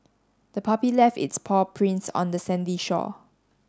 the puppy left its paw prints on the sandy shore